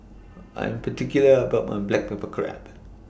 I'm particular about My Black Pepper Crab